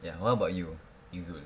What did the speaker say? ya what about you izul